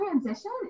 transition